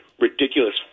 ridiculous